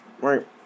Right